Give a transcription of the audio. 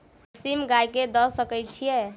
बरसीम गाय कऽ दऽ सकय छीयै?